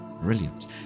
Brilliant